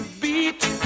beat